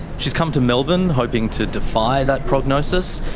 she's come to melbourne hoping to defy that prognosis.